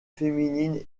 féminines